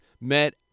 met